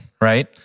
right